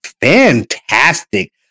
fantastic